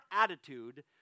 attitude